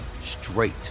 straight